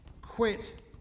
quit